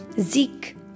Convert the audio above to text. Zeke